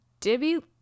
dibby